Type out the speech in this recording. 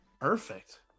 Perfect